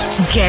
Get